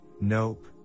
nope